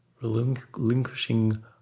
relinquishing